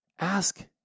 ask